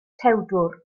tewdwr